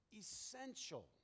essential